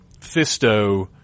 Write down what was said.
Fisto